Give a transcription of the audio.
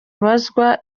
abazwa